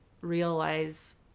realize